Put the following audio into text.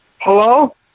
Hello